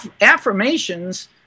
affirmations